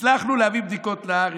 "הצלחנו להביא בדיקות לארץ,